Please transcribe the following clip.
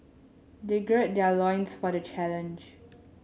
they gird their loins for the challenge